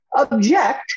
object